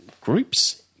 groups